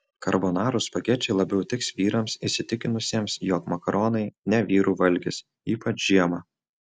karbonarų spagečiai labiau tiks vyrams įsitikinusiems jog makaronai ne vyrų valgis ypač žiemą